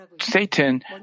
Satan